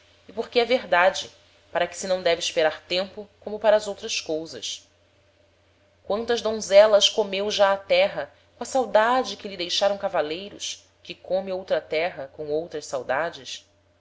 e porque é verdade para que se não deve esperar tempo como para as outras cousas quantas donzelas comeu já a terra com a saudade que lhe deixaram cavaleiros que come outra terra com outras saudades